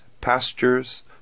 pastures